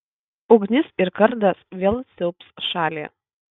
ugnis ir kardas vėl siaubs šalį